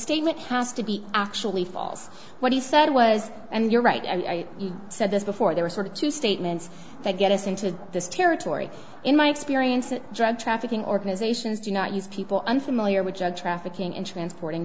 statement has to be actually falls what he said was and you're right and i said this before there are sort of two statements they get us into this territory in my experience in drug trafficking organizations do not use people unfamiliar with the trafficking in transporting